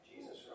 Jesus